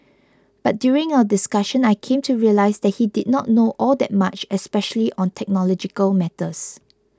but during our discussion I came to realise that he did not know all that much especially on technological matters